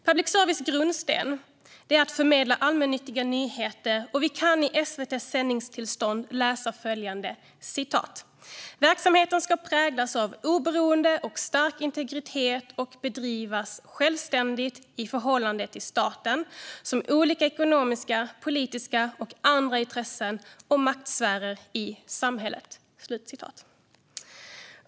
Public services grundsten är att förmedla allmännyttiga nyheter, och vi kan i SVT:s sändningstillstånd läsa följande: "Verksamheten ska präglas av oberoende och stark integritet och bedrivas självständigt i förhållande till såväl staten som olika ekonomiska, politiska och andra intressen och maktsfärer i samhället."